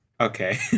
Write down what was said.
okay